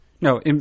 no